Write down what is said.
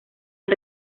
han